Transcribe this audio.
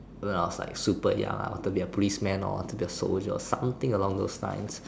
when I was like super young I want to be a policeman or want to be a soldier or something along those line